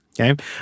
okay